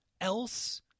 else